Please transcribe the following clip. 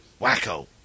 wacko